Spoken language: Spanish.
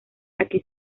aquí